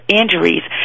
injuries